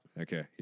Okay